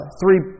three